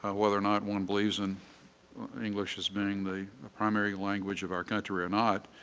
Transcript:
whether or not one believes in english as being the primary language of our country or not,